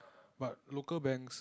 but local banks